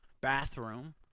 bathroom